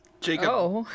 Jacob